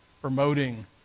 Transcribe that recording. promoting